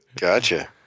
Gotcha